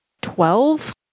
Twelve